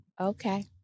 okay